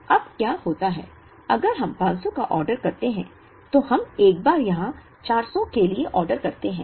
अब क्या होता है अगर हम 500 का ऑर्डर करते हैं तो हम एक बार यहां 400 के लिए ऑर्डर करते हैं